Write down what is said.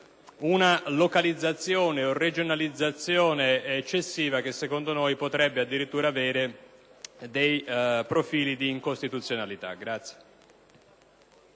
una localizzazione o regionalizzazione eccessiva che, secondo noi, potrebbe addirittura avere dei profili di incostituzionalità.